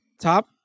Top